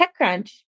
TechCrunch